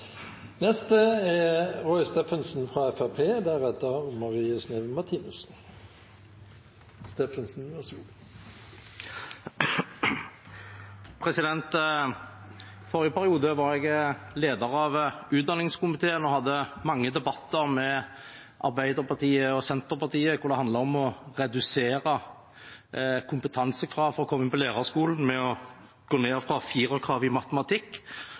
Forrige periode var jeg leder av utdanningskomiteen og hadde mange debatter med Arbeiderpartiet og Senterpartiet hvor det handlet om å redusere kompetansekrav for å komme inn på lærerskolen med å gå ned fra firerkrav i matematikk.